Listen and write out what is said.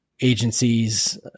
agencies